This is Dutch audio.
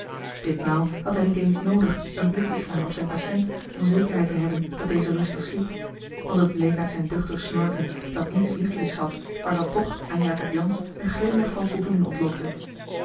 ditmaal had hij niet eens noodig een blik te slaan op zijn patiënt om zekerheid te hebben dat deze rustig sliep want het bleek uit zijn duchtig snorken dat niets liefelijks had maar dat toch aan jacob jansz een glimlach van voldoening ontlokte